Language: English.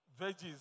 veggies